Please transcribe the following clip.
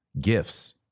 gifts